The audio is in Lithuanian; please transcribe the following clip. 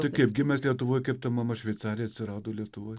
tai kaip gimęs lietuvoj kaip ta mama šveicarė atsirado lietuvoj